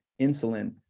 insulin